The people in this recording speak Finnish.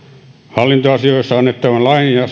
hallintoasioissa annettavan lain ja